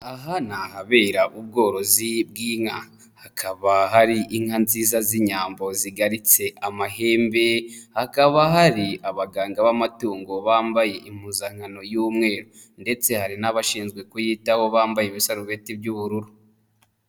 Aha ni habera ubworozi bw'inka. Hakaba hari inka nziza z'inyambo zigaritse amahembe, hakaba hari abaganga b'amatungo bambaye impuzankano y'umweru ndetse hari n'abashinzwe kuyitaho bambaye ibisarubeti by'ubururu.